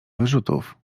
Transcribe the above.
wyrzutów